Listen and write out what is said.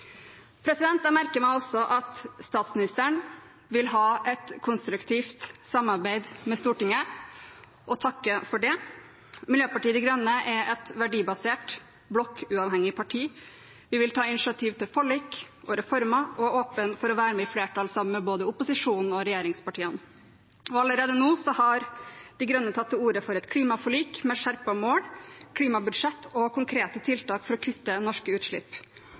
Jeg merker meg også at statsministeren vil ha et konstruktivt samarbeid med Stortinget, og takker for det. Miljøpartiet De Grønne er et verdibasert, blokkuavhengig parti. Vi vil ta initiativ til forlik og reformer og er åpne for å være med i et flertall sammen med både opposisjonen og regjeringspartiene. Allerede nå har De Grønne tatt til orde for et klimaforlik med skjerpede mål, klimabudsjett og konkrete tiltak for å kutte norske utslipp.